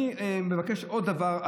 אני מבקש עוד דבר,